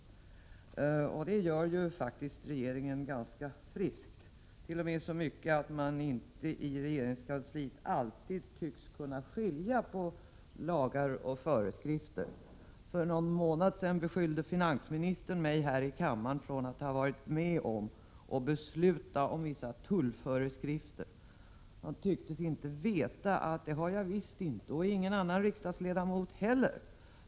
Detta gör regeringen ganska friskt, t.o.m. i så stor utsträckning att man i regeringskansliet inte alltid tycks kunna skilja på lagar och föreskrifter. För någon månad sedan beskyllde finansministern här — Prot. 1987/88:103 i kammaren mig för att ha varit med och beslutat om vissa tullföreskrifter. — 19 april 1988 Han tycktes inte veta att varken jag eller någon annan riksdagsledamot gjort detta.